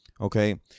okay